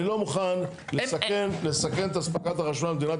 אני לא מוכן לסכן את אספקת החשמל במדינת